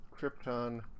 Krypton